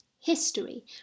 History